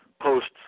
posts